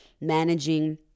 managing